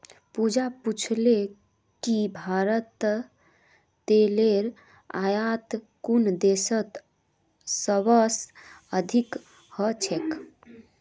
पूजा पूछले कि भारतत तेलेर आयात कुन देशत सबस अधिक ह छेक